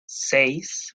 seis